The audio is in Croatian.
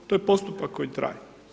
To je postupak koji traje.